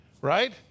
right